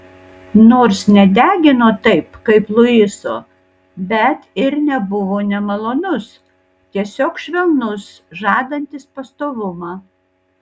nors nedegino taip kaip luiso bet ir nebuvo nemalonus tiesiog švelnus žadantis pastovumą